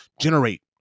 generate